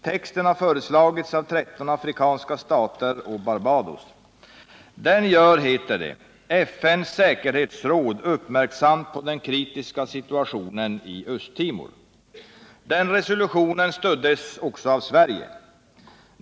Texten hade föreslagits av 13 afrikanska stater och Barbados. Den gör, heter det, ”FN:s säkerhetsråd uppmärksamt på den kritiska situationen i Östtimor”. Den resolutionen stöddes också av Sverige.